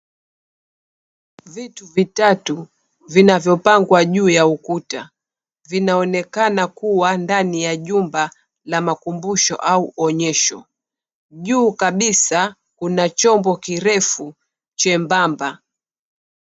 Vitu vitatu vinavyopangwa juu ya ukuta, vinaonekana kuwa ndani ya jumba ya makumbusho au uonyesho. Juu kabisa kuna chombo kirefu chembamba.